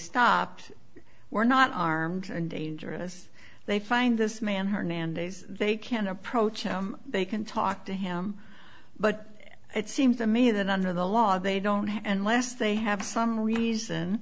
stopped were not armed and dangerous they find this man hernandez they can approach him they can talk to him but it seems to me that under the law they don't unless they have some reason